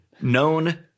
known